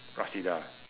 rasidah